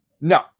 No